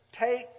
Take